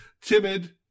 timid